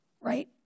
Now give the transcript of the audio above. Right